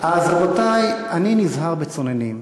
אז, רבותי, אני נזהר בצוננין.